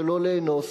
שלא לאנוס,